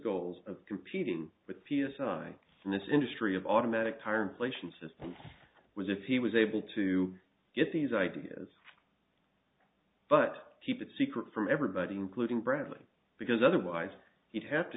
goals of competing with p s i in this industry of automatic tire inflation system was if he was able to get these ideas but keep it secret from everybody including bradley because otherwise he'd have to